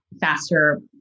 faster